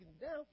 down